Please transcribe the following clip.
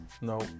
No